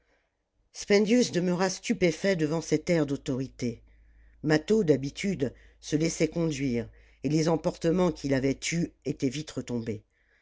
spendius demeura stupéfait devant cet air d'autorité mâtho d'habitude se laissait conduire et les emportements qu'il avait eus étaient vite retombés